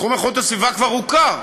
תחום איכות הסביבה כבר הוכר,